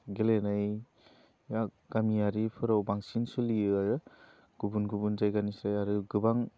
गेलेनाया गामियारिफोराव बांसिन सोलियो आरो गुबुन गुबुन जायगानिफ्राय आरो गोबां